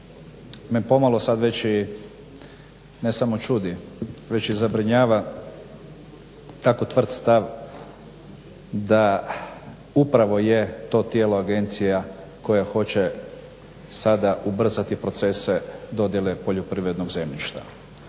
me pomalo sad već, ne samo čudi već i zabrinjava tako tvrd stav da, upravo je to tijelo agencija koja hoće sada ubrzati procese dodjele poljoprivrednog zemljišta.